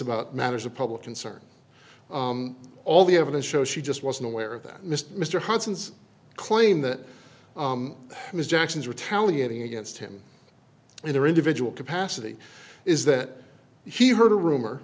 about matters of public concern all the evidence shows she just wasn't aware of that mr mr hudson's claim that ms jackson is retaliating against him in their individual capacity is that he heard a rumor